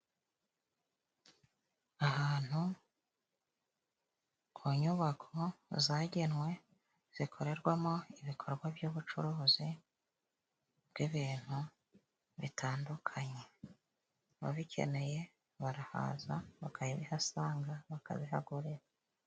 Ahantu ku nyubako zagenwe, zikorerwamo ibikorwa by'ubucuruzi bw'ibintu bitandukanye. Ababikeneye barahaza bakabihasanga bakabihagurira.